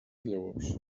llavors